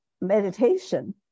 meditation